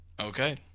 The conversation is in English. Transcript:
Okay